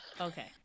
Okay